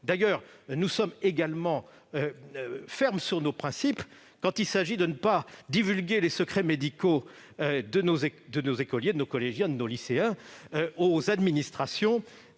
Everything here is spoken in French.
obligatoire. Nous sommes d'ailleurs fermes sur nos principes quand il s'agit de ne pas divulguer les secrets médicaux de nos écoliers, de nos collégiens et de nos lycéens aux administrations